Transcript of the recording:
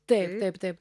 taip taip taip